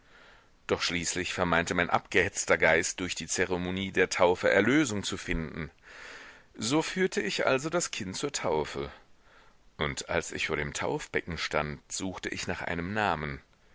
doch schließlich vermeinte mein abgehetzter geist durch die zeremonie der taufe erlösung zu finden so führte ich also das kind zur taufe und als ich vor dem taufbecken stand suchte ich nach einem namen